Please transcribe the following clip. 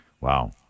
Wow